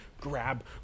grab